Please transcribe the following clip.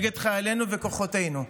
נגד חיילינו וכוחותינו,